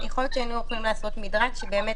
יכול להיות שהיינו יכולים לעשות מדרג שבאמת